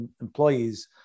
employees